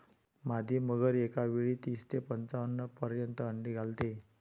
मादी मगर एकावेळी वीस ते पंच्याण्णव पर्यंत अंडी घालते